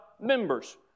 members